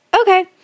okay